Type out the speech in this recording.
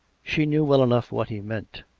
she knew well enough what he meant.